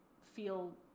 feel